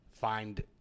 find